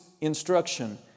instruction